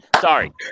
Sorry